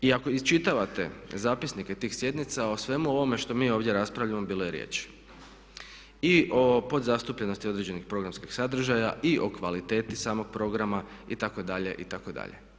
I ako iščitavate zapisnike tih sjednica o svemu ovome što mi ovdje raspravljamo bilo je riječi i o podzastupljenosti određenih programskih sadržaja i o kvaliteti samog programa itd. itd.